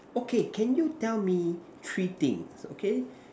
okay can you tell me three things okay